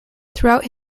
throughout